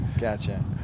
gotcha